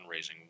fundraising